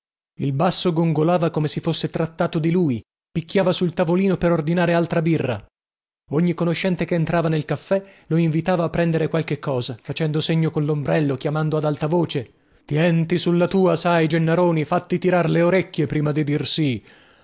il basso gongolava come se si fosse trattato di lui e picchiava sul tavolino per ordinare altra birra ogni conoscente che entrava nel caffè lo invitava a prendere qualche cosa facendo segno collombrello chiamando ad alta voce tienti sulla tua sai gennaroni fatti tirar le orecchie prima di